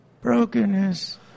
brokenness